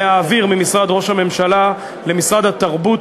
להעביר ממשרד ראש הממשלה למשרד התרבות